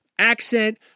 Accent